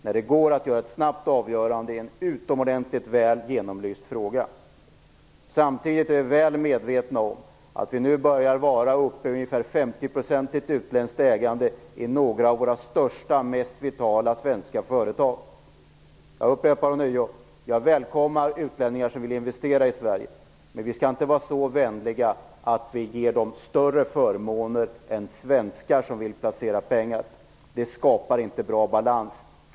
Det skulle gå att få ett snabbt avgörande i en utomordentligt väl genomlyst fråga. Samtidigt är vi väl medvetna om att vi nu börjar vara uppe i ungefär femtioprocentigt utländskt ägande i några av våra största och mest vitala svenska företag. Jag upprepar ånyo att jag välkomnar utlänningar som vill investera i Sverige. Men vi skall inte vara så vänliga att vi ger dem större förmåner än svenskar som vill placera pengar. Det skapar inte bra balans.